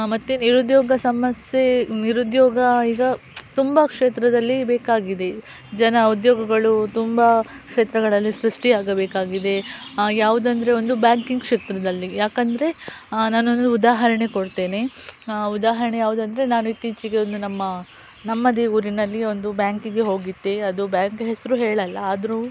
ಮತ್ತೆ ನಿರುದ್ಯೋಗ ಸಮಸ್ಯೆ ನಿರುದ್ಯೋಗ ಈಗ ತುಂಬಾ ಕ್ಷೇತ್ರದಲ್ಲಿ ಬೇಕಾಗಿದೆ ಜನ ಉದ್ಯೋಗಗಳು ತುಂಬಾ ಕ್ಷೇತ್ರಗಳಲ್ಲಿ ಸೃಷ್ಟಿಯಾಗಬೇಕಾಗಿದೆ ಯಾವುದೆಂದರೆ ಒಂದು ಬ್ಯಾಂಕಿಂಗ್ ಕ್ಷೇತ್ರದಲ್ಲಿ ಯಾಕೆಂದ್ರೆ ನಾನೊಂದು ಉದಾಹರಣೆ ಕೊಡ್ತೇನೆ ಉದಾಹರಣೆ ಯಾವುದಂದ್ರೆ ನಾನು ಇತ್ತೀಚಿಗೆ ಒಂದು ನಮ್ಮ ನಮ್ಮದೇ ಊರಿನಲ್ಲಿ ಒಂದು ಬ್ಯಾಂಕಿಗೆ ಹೋಗಿದ್ದೆ ಅದು ಬ್ಯಾಂಕ್ ಹೆಸರು ಹೇಳಲ್ಲ ಆದರು